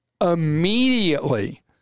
immediately